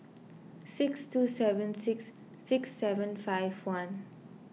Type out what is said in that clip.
six two seven six six seven five one